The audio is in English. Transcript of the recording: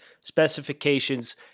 specifications